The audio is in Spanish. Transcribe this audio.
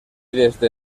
desde